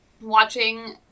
watching